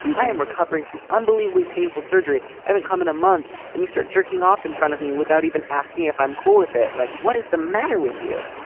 i am recovering from unbelievably painful surgery. i haven't come in a month and you start jerking off in front of me without even asking if i'm cool with it like what is the matter with you?